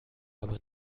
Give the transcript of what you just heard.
aber